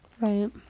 Right